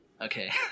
Okay